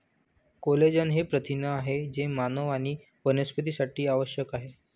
collagen हे प्रथिन आहे जे मानव आणि वनस्पतींसाठी आवश्यक आहे